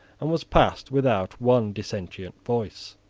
and was passed without one dissentient voice.